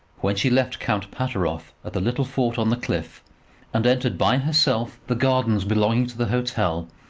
when she left count pateroff at the little fort on the cliff and entered by herself the gardens belonging to the hotel,